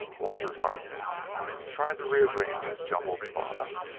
walter harkness tried to rearrange his jumbled thoughts.